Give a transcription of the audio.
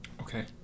Okay